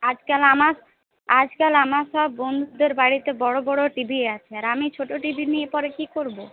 আজকাল আমার আজকাল আমার সব বন্ধুদের বাড়িতে বড়ো বড়ো টিভি আছে আর আমি ছোটো টিভি নিয়ে পরে কি করবো